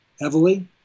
heavily